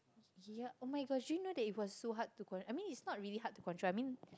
ya oh-my-gosh do you know that it was so hard to con~ I mean it's not really hard to control I mean